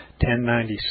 1096